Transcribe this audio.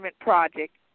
project